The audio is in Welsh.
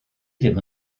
ddim